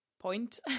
point